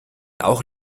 auch